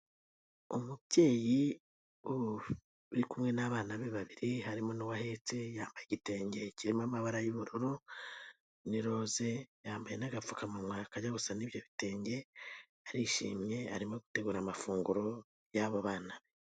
Umubyeyi uri kumwe n'abana be babiri harimo n'uwo ahetse yambaye igitenge kirimo amabara y'ubururu n'iroze, yambaye n'agapfukamunwa kajya gusa n'ibyo bitenge, arishimye arimo gutegura amafunguro y'abo bana.